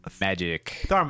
Magic